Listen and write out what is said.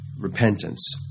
repentance